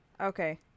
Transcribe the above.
Okay